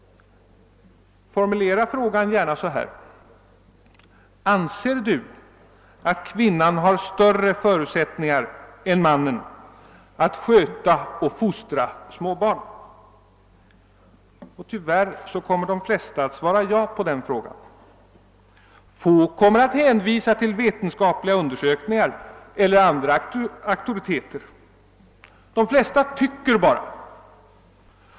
Formulera gärna frågan så här: Anser du att kvinnan har större förutsättningar än mannen att sköta och fostra småbarn? Tyvärr kommer de flesta att svara ja på den frågan. Få kommer att hänvisa till vetenskapliga undersökningar eller till några auktoriteter. De flesta tycker bara.